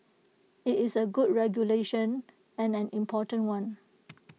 IT is A good regulation and an important one